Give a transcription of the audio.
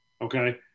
Okay